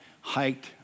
hiked